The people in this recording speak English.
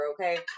okay